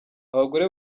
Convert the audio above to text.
abagore